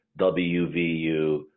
WVU